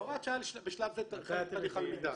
הוראת שעה בשלב זה בתהליך הלמידה.